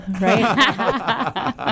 right